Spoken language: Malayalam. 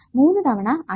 3 തവണ Iy